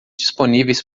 disponíveis